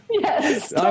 Yes